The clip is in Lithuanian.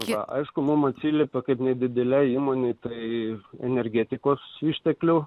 jie aišku mums atsiliepia kaip nedidelei įmonei tai energetikos išteklių